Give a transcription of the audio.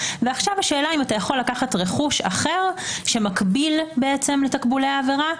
ועכשיו השאלה אם אתה יכול לקחת רכוש אחר שמקביל לתקבולי העבירה.